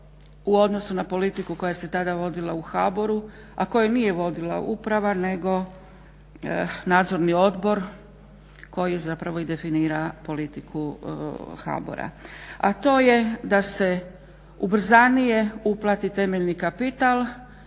u odnosu na politiku koja se tada vodila u HBOR-u, a koju nije vodila uprava nego Nadzorni odbor koji zapravo i definira politiku HBOR-a,